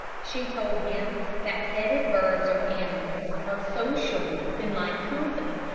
she told him that petted birds or animals are sociable and like company,